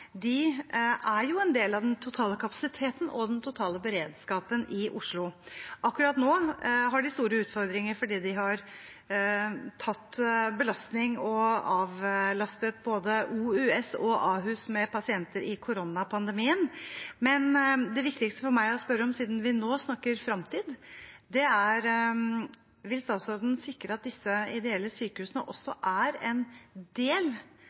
De er en del av den totale kapasiteten og den totale beredskapen i Oslo. Akkurat nå har de store utfordringer fordi de har tatt en belastning og avlastet både OUS og Ahus med pasienter i koronapandemien. Men det viktigste for meg å spørre om, siden vi nå snakker fremtid, er: Vil statsråden sikre at disse ideelle sykehusene også er en del